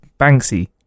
banksy